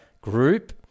Group